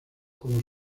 como